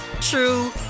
true